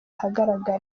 ahagaragara